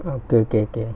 okay okay okay